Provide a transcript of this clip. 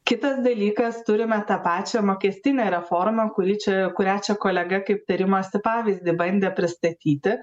kitas dalykas turime tą pačią mokestinę reformą kuri čia kurią čia kolega kaip tarimosi pavyzdį bandė pristatyti